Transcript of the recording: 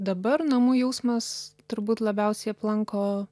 dabar namų jausmas turbūt labiausiai aplanko